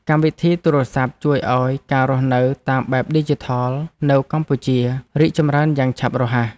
កម្មវិធីទូរសព្ទជួយឱ្យការរស់នៅតាមបែបឌីជីថលនៅកម្ពុជា រីកចម្រើនយ៉ាងឆាប់រហ័ស។